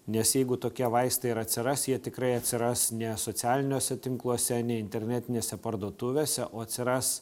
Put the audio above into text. nes jeigu tokie vaistai ir atsiras jie tikrai atsiras ne socialiniuose tinkluose nei internetinėse parduotuvėse o atsiras